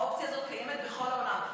האופציה הזאת קיימת בכל העולם.